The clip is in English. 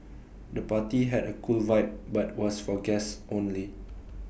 the party had A cool vibe but was for guests only